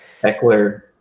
Eckler